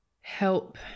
help